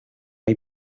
hay